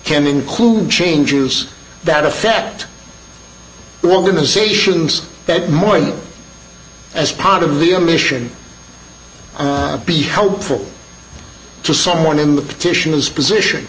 can include changes that affect the organizations that morning as part of the a mission to be helpful to someone in the petitioner's position